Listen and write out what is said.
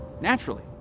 naturally